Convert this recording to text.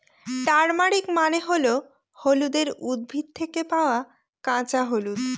turmeric মানে হল হলুদের উদ্ভিদ থেকে পাওয়া কাঁচা হলুদ